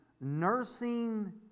nursing